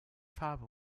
farbe